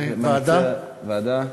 אדוני מציע, ועדה.